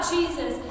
Jesus